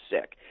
sick